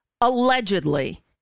Allegedly